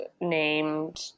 named